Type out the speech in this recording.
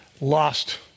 Lost